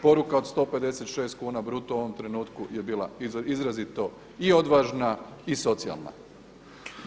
Poruka od 156 kuna bruto u ovom trenutku je bila izrazito i odvažna i socijalna.